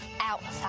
outside